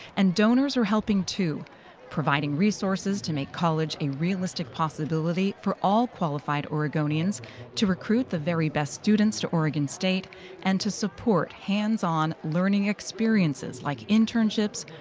and donors are helping, too providing resources to make college a realistic possibility for all qualified oregonians to recruit the very best students to oregon state and to support hands-on learning experiences like internships,